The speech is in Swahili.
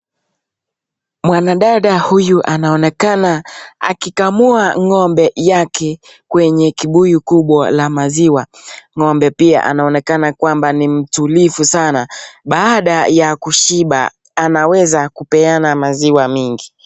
Mwanadada huyu anaonekana akikamua ngombe yake kwenye kibuyu kubwa la maziwa, ngombe pia anaonekana kwamba ni mtulivu sana baada ya kushiba anaweza kupeana maziwa mingi.